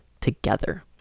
together